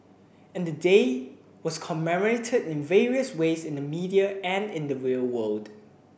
and the day was commemorated in various ways in the media and in the real world